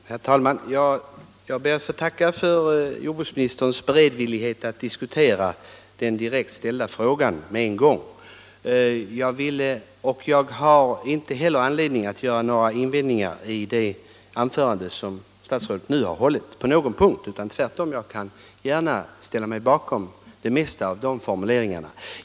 Herr talman! Jag ber att få tacka för jordbruksministerns beredvillighet att genast besvara den direkt ställda frågan. Jag har heller inte anledning att på någon punkt göra invändningar mot det anförande som statsrådet nu hållit, utan jag ställer mig tvärtom gärna bakom det mesta av hans formuleringar.